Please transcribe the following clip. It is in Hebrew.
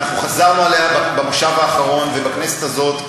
ואנחנו חזרנו עליה במושב האחרון ובכנסת הזאת,